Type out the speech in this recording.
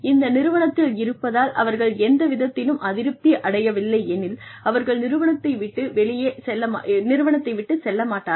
இந்த நிறுவனத்தில் இருப்பதால் அவர்கள் எந்த விதத்திலும் அதிருப்தி அடையவில்லை எனில் அவர்கள் நிறுவனத்தை விட்டுச் செல்ல மாட்டார்கள்